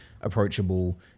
approachable